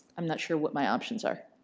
i'm not sure what my options are.